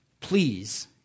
please